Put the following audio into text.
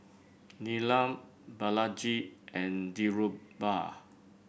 Neelam Balaji and Dhirubhai